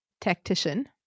tactician